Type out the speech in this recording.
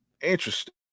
Interesting